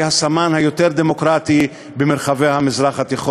הסמן היותר-דמוקרטי במרחבי המזרח התיכון.